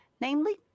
namely